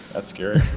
that's scary.